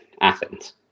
Athens